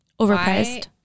Overpriced